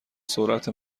سرعت